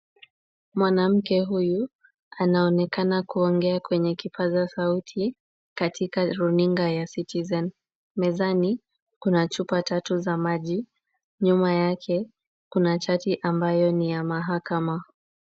Mwanamke huyu anaonekana kuongea kwenye kipaza sauti katika runinga ya Citizen. Mezani kuna chupa tatu za maji. Nyuma yake, kuna chati ambayo ni ya mahakama.